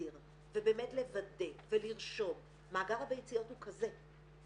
להסתיר ובאמת לוודא ולרשום, מאגר הביציות הוא כזה.